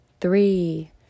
three